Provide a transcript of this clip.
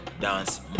Dance